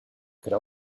could